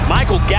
Michael